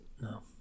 no